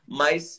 mas